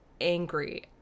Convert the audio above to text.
angry